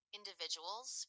individuals